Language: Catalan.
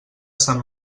sant